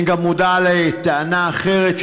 אני גם מודע לטענה אחרת,